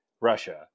Russia